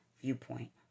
viewpoint